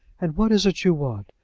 and what is it you want?